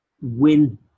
win